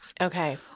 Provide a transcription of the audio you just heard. okay